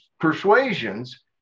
persuasions